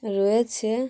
রয়েছে